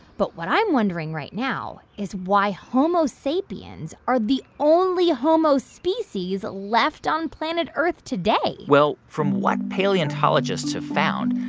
but what i'm wondering right now is why homo sapiens are the only homo species left on planet earth today well, from what paleontologists have found,